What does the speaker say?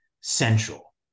central